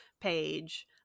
page